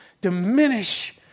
diminish